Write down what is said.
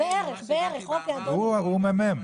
ממה שהבנתי בעבר, 200,